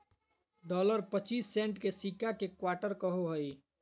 dollar पच्चीस cent के सिक्का के क्वार्टर कहो हइ